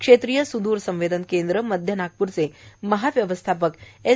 क्षेत्रिय सुद्र संवेदन केंद्र मध्य नागप्रचे महाव्यवस्थापक एस